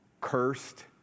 cursed